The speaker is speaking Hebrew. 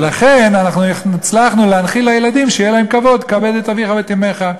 ולכן אנחנו הצלחנו להנחיל לילדים שיהיה להם כבוד: כבד את אביך ואת אמך.